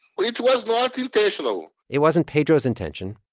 it was not intentional it wasn't pedro's intention,